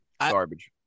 Garbage